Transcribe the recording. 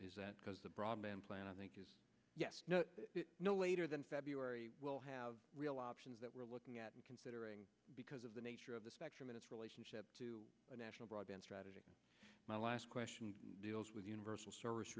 is that because the broadband plan i think is no later than february will have real options that we're looking at and considering because of the nature of the spectrum and its relationship to our national broadband strategy my last question deals with universal service